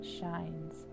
shines